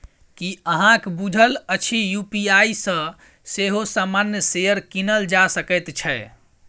की अहाँक बुझल अछि यू.पी.आई सँ सेहो सामान्य शेयर कीनल जा सकैत छै?